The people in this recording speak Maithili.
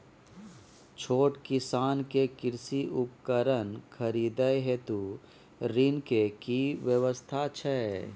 छोट किसान के कृषि उपकरण खरीदय हेतु ऋण के की व्यवस्था छै?